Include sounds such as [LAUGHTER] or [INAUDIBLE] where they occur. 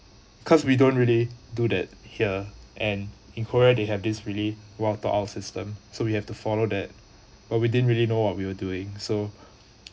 cause we don't really do that here and in korea they have this really well thought out system so we have to follow that but we didn't really know what we're doing so [BREATH]